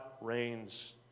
reigns